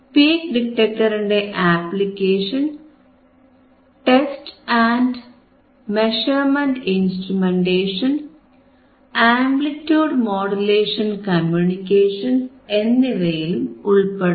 peak ഡിറ്റക്ടറിന്റെ application test and measurement instrumentation amplitude modulation communications എന്നിവയിലും ഉൾപ്പെടും